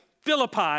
Philippi